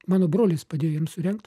mano brolis padėjo jam surengt